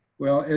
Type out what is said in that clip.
well,